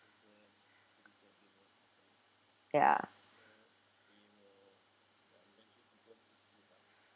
ya